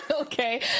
Okay